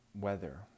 weather